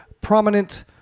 prominent